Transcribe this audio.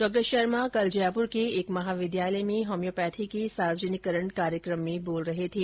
डॉ शर्मो कल जयपुर के एक महाविद्यालय में होम्योपैथी के सार्वजनिकरण कार्यक्रम में बोल रहे थे